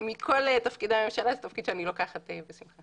מכל תפקידי הממשלה זה תפקיד שאני לוקחת בשמחה.